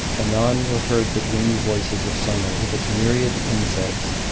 anon were heard the dreamy voices of summer with its myriad insects,